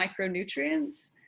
micronutrients